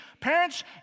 Parents